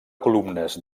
columnes